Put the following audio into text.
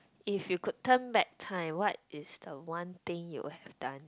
if you could turn back time what is the one thing you will have done